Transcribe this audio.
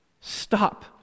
Stop